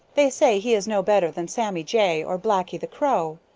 they say he is no better than sammy jay or blacky the crow.